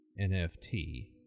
nft